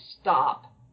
stop